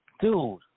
Dude